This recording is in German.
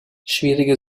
schwierige